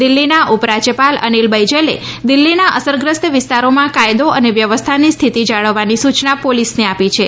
દિલ્હીના ઉપરાજ્યપાલ અનિલ બૈજલે દિલ્હીના અસરગ્રસ્ત વિસ્તારોમાં કાયદો અને વ્યવસ્થાની સ્થિતિ જાળવવાની સૂચના પોલીસને આપી છે